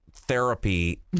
therapy